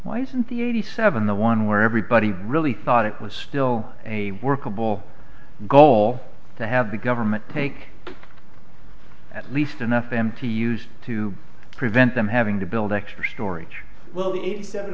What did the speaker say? why isn't the eighty seven the one where everybody really thought it was still a workable goal to have the government take at least an f m to use to prevent them having to build extra storage will i